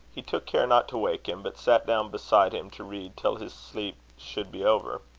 he took care not to wake him, but sat down beside him to read till his sleep should be over.